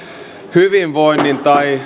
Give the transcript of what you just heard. hyvinvoinnin tai